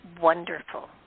wonderful